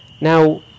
Now